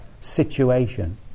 situation